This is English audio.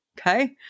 okay